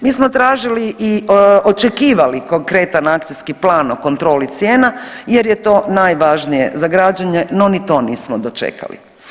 Mi smo tražili i očekivali konkretan akcijski plan o kontroli cijena jer je to najvažnije za građane, no ni to nismo dočekali.